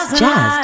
jazz